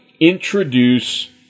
introduce